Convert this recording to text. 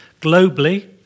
globally